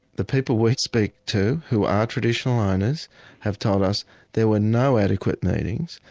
the people we speak to who are traditional owners have told us there were no adequate meetings,